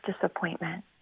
disappointment